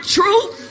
truth